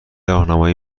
راهنمایی